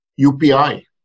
UPI